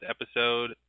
episode